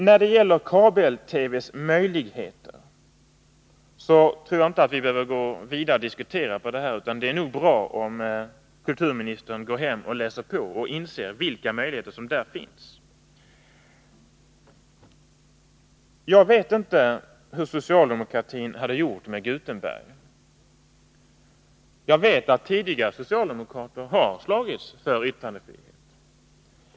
När det gäller kabel-TV:s möjligheter tror jag inte att vi behöver gå vidare och diskutera den frågan, utan det är nog bra om kulturministern går hem och läser på och inser vilka möjligheter som där finns. Jag vet inte hur socialdemokratin hade gjort med Gutenberg. Jag vet att socialdemokrater tidigare slagits för yttrandefriheten.